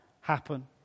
happen